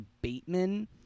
Bateman